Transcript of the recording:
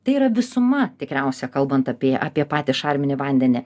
tai yra visuma tikriausia kalbant apie apie patį šarminį vandenį